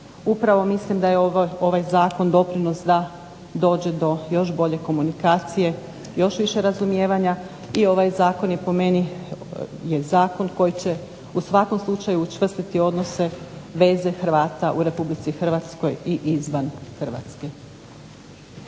Upravo mislim da je ovaj Zakon doprinos da dođe do još bolje komunikacije i još više razumijevanja i ovaj zakon je po meni Zakon koji će u svakom slučaju učvrstiti odnose, veze Hrvata u Republici Hrvatskoj i izvan Hrvatske.